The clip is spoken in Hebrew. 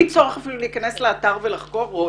הפרות בטיחות בוטות גם בלי להיכנס לאתר ולחקור.